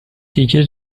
تیکه